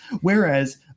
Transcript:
Whereas